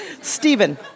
Stephen